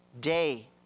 day